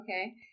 Okay